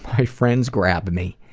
my friends grab me,